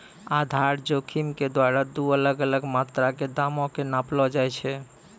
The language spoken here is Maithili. आधार जोखिम के द्वारा दु अलग अलग मात्रा के दामो के नापलो जाय छै